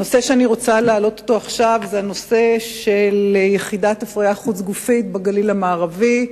הנושא שאני רוצה להעלות עכשיו הוא יחידת הפריה חוץ-גופית בגליל המערבי,